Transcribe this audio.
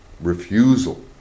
refusal